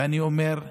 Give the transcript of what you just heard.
ואני אומר: